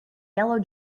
yellow